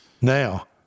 Now